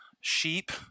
sheep